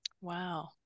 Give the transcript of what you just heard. Wow